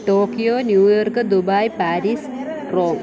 Tokyo New York Dubai Paris Rome